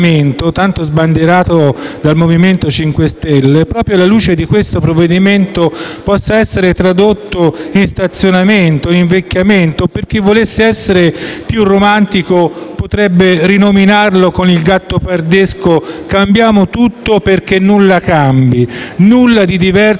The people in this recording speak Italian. tanto sbandierato dal MoVimento 5 Stelle, proprio alla luce di questo provvedimento, possa essere tradotto in stazionamento, invecchiamento. Chi volesse essere più romantico, potrebbe rinominarlo con il gattopardesco «cambiamo tutto perché nulla cambi»: nulla di diverso